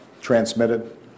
transmitted